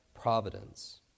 providence